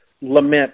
lament